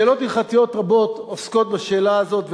שאלות הלכתיות רבות עוסקות בשאלה הזאת,